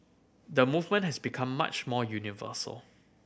the movement has become much more universal